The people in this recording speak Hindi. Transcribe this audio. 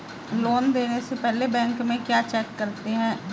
लोन देने से पहले बैंक में क्या चेक करते हैं?